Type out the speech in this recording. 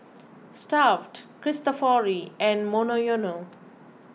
Stuff'd Cristofori and Monoyono